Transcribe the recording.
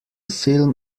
film